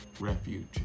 Refuge